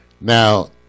Now